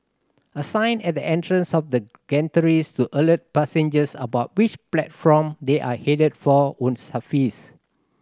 a sign at the entrance of the gantries to alert passengers about which platform they are headed for would suffice